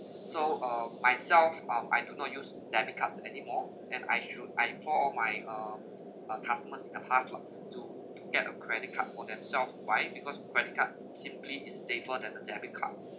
so um myself um I do not use debit cards anymore and I should I told my um uh customers in the past lah to to get a credit card for themselves why because credit card simply is safer than a debit card